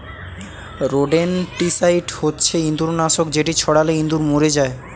rodenticide হচ্ছে ইঁদুর নাশক যেটি ছড়ালে ইঁদুর মরে যায়